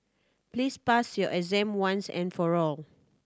please pass your exam once and for all